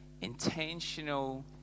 intentional